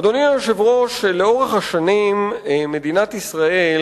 אדוני היושב-ראש, לאורך השנים מדינת ישראל